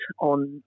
on